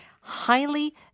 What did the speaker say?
highly